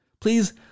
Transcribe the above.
Please